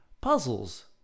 puzzles